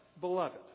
beloved